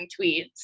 tweets